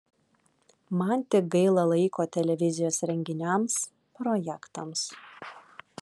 man tik gaila laiko televizijos renginiams projektams